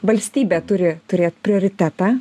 valstybė turi turėt prioritetą